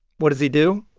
what does he do?